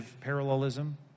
parallelism